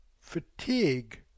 fatigue